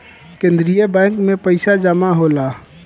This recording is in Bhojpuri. केंद्रीय बैंक में पइसा जमा होला